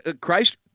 Christ